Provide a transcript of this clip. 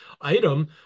item